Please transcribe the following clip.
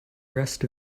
rest